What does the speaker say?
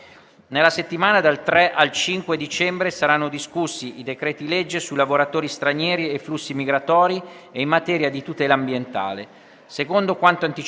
Nella settimana dal 3 al 5 dicembre saranno discussi i decreti-legge su lavoratori stranieri e flussi migratori e in materia di tutela ambientale.